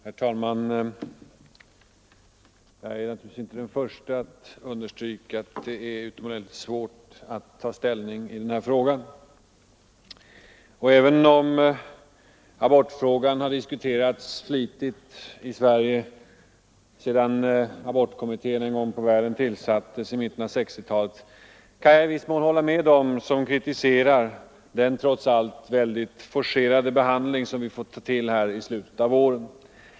Herr talman! Jag är naturligtvis inte den förste att understryka att det är utomordentligt svårt att ta ställning i den här frågan. Även om abortfrågan har diskuterats flitigt i Sverige sedan abortkommittén tillsattes i mitten av 1960-talet, kan jag i viss mån hålla med dem som kritiserar den — trots allt — väldigt forcerade behandling som vi fått ta till här i slutet av våren.